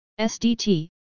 SDT